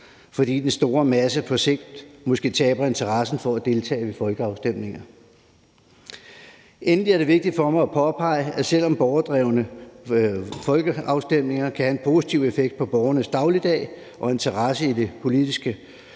fordi den store masse på sigt måske taber interessen for at deltage ved folkeafstemninger. Endelig er det vigtigt for mig at påpege, at selv om borgerdrevne folkeafstemninger kan have en positiv effekt på borgernes dagligdag og interesse i politiske